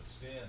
sin